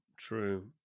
True